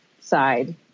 side